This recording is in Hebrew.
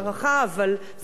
אבל זה היה מתבקש.